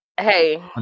Hey